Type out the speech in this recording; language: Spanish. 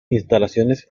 instalaciones